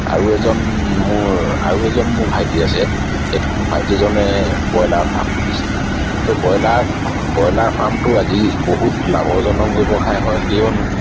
আৰু এজন মোৰ আৰু এজন মোৰ ভাইটি আছে এই ভাইটিজনে ব্ৰইলাৰ ফাৰ্ম খুলিছে তো ব্ৰইলাৰ ব্ৰইলাৰ ফাৰ্মটো আজি বহুত লাভজনক ব্যৱসায় হয় কিয়নো